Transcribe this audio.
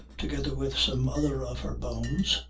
together with some other of her bones,